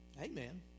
amen